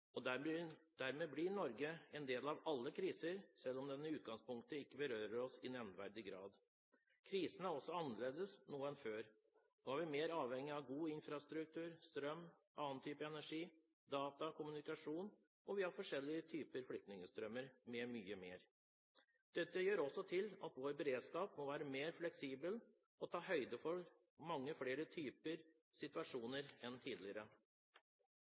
Dermed blir Norge en del av alle kriser, selv om de i utgangspunktet ikke berører oss i nevneverdig grad. Krisene er også annerledes nå enn før. Nå er vi mer avhengig av god infrastruktur, strøm, annen type energi, data og kommunikasjon, og vi har forskjellige typer flyktningstrømmer samt mye mer. Dette gjør også at vår beredskap må være mer fleksibel og ta høyde for mange flere typer situasjoner enn tidligere.